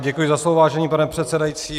Děkuji za slovo, vážený pane předsedající.